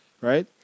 right